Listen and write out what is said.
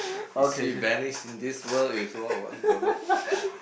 is she vanish in this world don't know